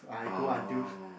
oh